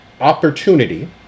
opportunity